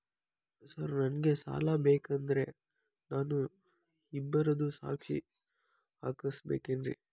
Sir ನನಗೆ ಸಾಲ ಬೇಕಂದ್ರೆ ನಾನು ಇಬ್ಬರದು ಸಾಕ್ಷಿ ಹಾಕಸಬೇಕೇನ್ರಿ?